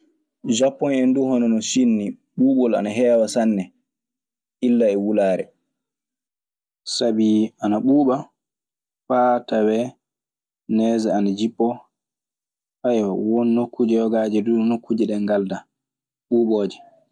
Japon hen dun honon no cine ni, ɓubol ana hewa sanne illa e wulare. Sabi ana ɓuuɓa faa tawee nees ana jippoo. won nokkuuje yogaaje duu… Nokkuuje ɗee ngaldaa, ɓuuɓooje.